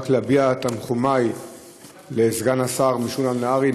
רק להביע את תנחומי לסגן השר משולם נהרי,